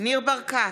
ניר ברקת,